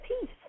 peace